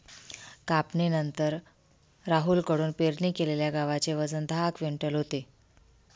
कापणीनंतर राहुल कडून पेरणी केलेल्या गव्हाचे वजन दहा क्विंटल होते